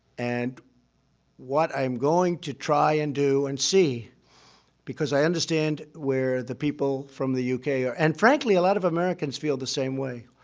and what i'm going to try and do and see because i understand where the people from the yeah uk are. and, frankly, a lot of americans feel the same way.